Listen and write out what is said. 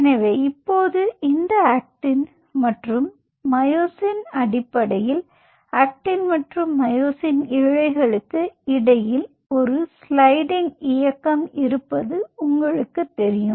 எனவே இப்போது இந்த ஆக்டின் மற்றும் மயோசின் அடிப்படையில் ஆக்டின் மற்றும் மயோசின் இழைகளுக்கு இடையில் ஒரு ஸ்லைடிங் இயக்கம் இருப்பது உங்களுக்கு தெரியும்